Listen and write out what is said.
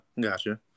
gotcha